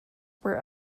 were